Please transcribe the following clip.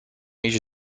iść